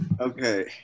Okay